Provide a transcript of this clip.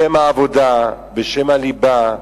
בשם העבודה, בשם הליבה,